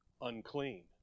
Unclean